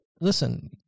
listen